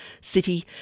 city